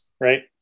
right